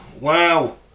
Wow